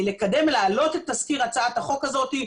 להעלות את תסקיר הצעת החוק הזאת,